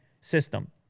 system